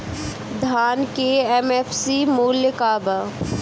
धान के एम.एफ.सी मूल्य का बा?